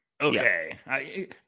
okay